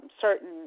certain